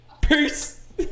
Peace